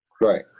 right